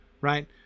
right